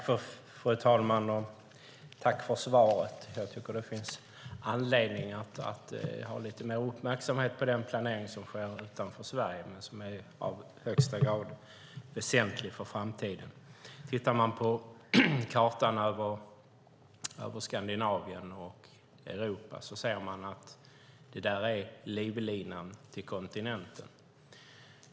Fru talman! Tack för svaret! Jag tycker att det finns anledning att ha lite mer uppmärksamhet på den planering som sker utanför Sverige men som i högsta grad är väsentlig för framtiden. Tittar man på kartan över Skandinavien och Europa ser man att det handlar om livlinan till kontinenten.